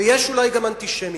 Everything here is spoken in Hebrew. יש אולי גם אנטישמים.